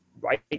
right